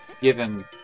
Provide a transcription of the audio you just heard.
given